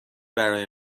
برای